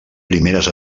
primeres